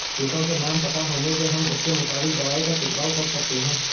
कीटों के नाम पता होने से हम उसके मुताबिक दवाई का छिड़काव कर सकते हैं